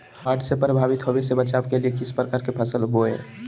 बाढ़ से प्रभावित होने से बचाव के लिए किस प्रकार की फसल बोए?